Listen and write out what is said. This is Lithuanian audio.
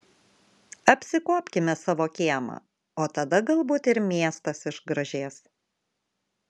apsikuopkime savo kiemą o tada galbūt ir miestas išgražės